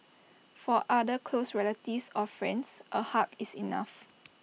for other close relatives or friends A hug is enough